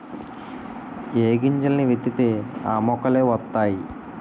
ఏ గింజల్ని విత్తితే ఆ మొక్కలే వతైయి